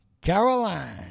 Caroline